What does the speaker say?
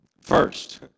First